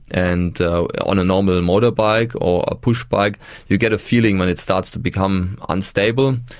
and on a normal and motorbike or a pushbike you get a feeling when it starts to become unstable,